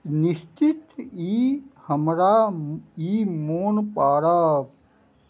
निश्चित ई हमरा ई मोन पाड़ब